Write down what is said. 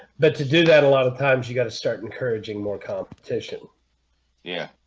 but to do that a lot of times you got to start encouraging more competition yeah